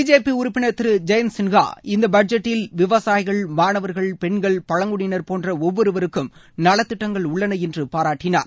BJP உறுப்பினர் திரு ஜெயந்த் சின்ஹா இந்த பட்ஜெட்டில் விவசாயிகள் மாணவர்கள் பெண்கள் பழங்குடியினர் போன்ற ஒவ்வொருவருக்கும் நலத்திட்டங்கள் உள்ளன என்று பாராட்டினார்